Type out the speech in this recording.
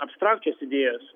abstrakčios idėjos